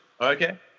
Okay